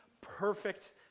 perfect